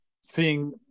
seeing